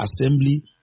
assembly